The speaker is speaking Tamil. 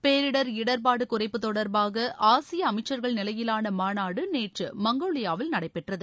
பேரிடர் இடர்பாடு குறைப்பு தொடர்பாக ஆசிய அமைச்சர்கள் நிலையிலான மாநாடு நேற்று மங்கோலியாவில் நடைபெற்றது